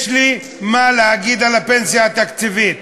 יש לי מה להגיד על הפנסיה התקציבית.